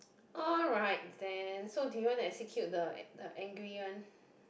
alright then so do you want to execute the the angry one